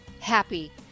happy